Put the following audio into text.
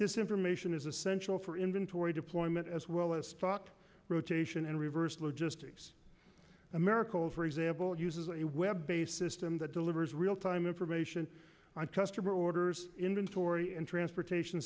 this information is essential for inventory deployment as well as stop rotation and reverse logistics americal for example uses a web based system that delivers real time information on customer orders inventory and transportation